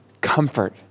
comfort